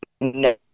no